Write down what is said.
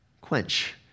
quench